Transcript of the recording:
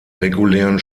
regulären